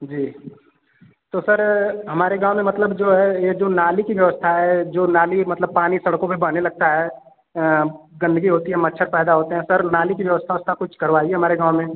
जी तो सर हमारे गाँव में मतलब जो है ये जो नाली की व्यवस्था है जो नाली मतलब पानी सड़कों पर बहने लगता है गंदगी होती है मच्छर पैदा होते हैं सर नाली की व्यवस्था ओवस्था कुछ करवाइए हमारे गाँव में